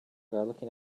looking